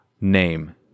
name